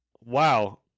Wow